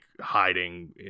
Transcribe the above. hiding